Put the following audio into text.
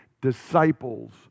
disciple's